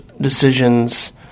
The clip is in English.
decisions